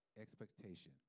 expectation